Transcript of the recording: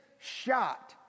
shot